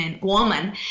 woman